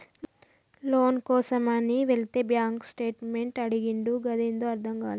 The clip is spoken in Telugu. లోను కోసమని వెళితే బ్యాంక్ స్టేట్మెంట్ అడిగిండు గదేందో అర్థం గాలే